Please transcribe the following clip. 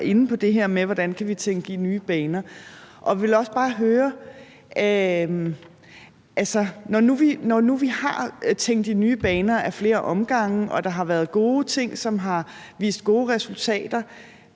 og jeg vil bare også høre: Når nu vi har tænkt i nye baner ad flere omgange og der har været gode ting, som har vist gode resultater,